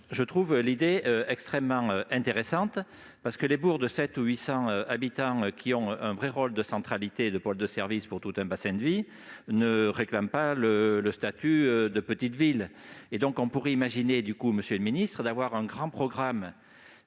je trouve l'idée extrêmement intéressante, parce que les bourgs de 700 ou 800 habitants, qui ont un véritable rôle de centralité et de pôle de services pour tout un bassin de vie, ne réclament pas le statut de petite ville. On pourrait donc imaginer, monsieur le secrétaire d'État, un grand programme